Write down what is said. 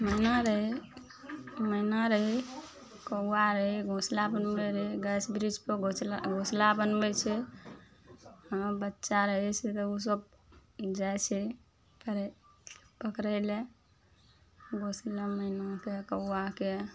मैना रहय मैना रहय कौआ रहय घोसला बनबय रहय गाछ वृक्षपर घोसला घोसला बनबय छै हँ बच्चा रहय छै तऽ उसब जाइ छै चढ़य पकड़य लए घोसला मैनाके कौआके